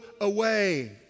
away